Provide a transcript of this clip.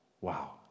Wow